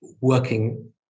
working